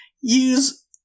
use